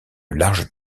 large